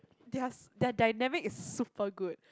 they are their dynamic is super good